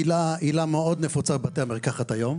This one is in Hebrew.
עילה מאוד נפוצה בבתי המרקחת היום,